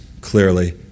clearly